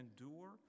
endure